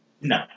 No